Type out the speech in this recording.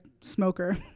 smoker